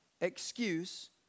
excuse